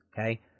okay